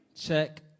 check